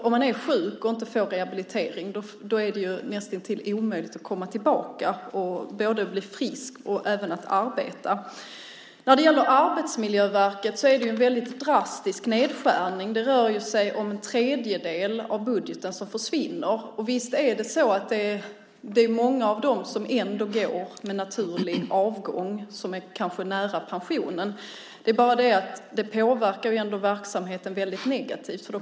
Om man är sjuk och inte får rehabilitering är det näst intill omöjligt att komma tillbaka och bli frisk och börja arbeta igen. När det gäller Arbetsmiljöverket görs en väldigt drastisk nedskärning. Det rör sig om en tredjedel av budgeten som försvinner. Visst är det många som avgår med naturlig avgång för att de är nära pensionen, men det påverkar ändå verksamheten väldigt negativt.